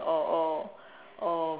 or or or